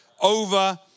over